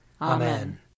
Amen